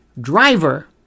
driver